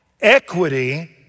Equity